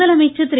முதலமைச்சர் திரு